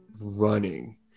running